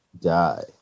die